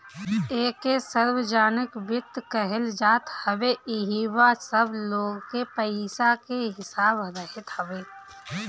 एके सार्वजनिक वित्त कहल जात हवे इहवा सब लोग के पईसा के हिसाब रहत हवे